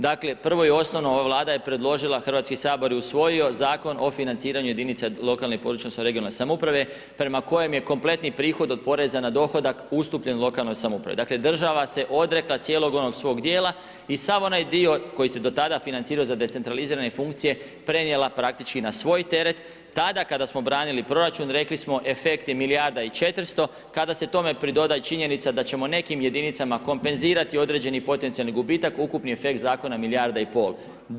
Dakle, prvo i osnovno ova Vlada je predložila, Hrvatski sabor je usvojio Zakon o financiranju jedinica lokalne i područne (regionalne) samouprave prema kojem je kompletni prihod od poreza na dohodak ustupljen lokalnoj samoupravi, dakle država se odrekla cijelog onog svog dijela i sav onaj dio koji se do tada financirao za decentralizirane funkcije prenijela praktički na svoj teret, tada kada smo branili proračun, rekli smo efekt je milijarda i 400, kada se tome pridoda i činjenica da ćemo nekim jedinicama kompenzirati određeni potencijali gubitak ukupni efekt zakona milijarda i pol.